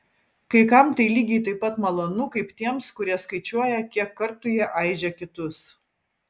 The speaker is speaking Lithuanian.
kai kam tai lygiai taip pat malonu kaip tiems kurie skaičiuoja kiek kartų jie aižė kitus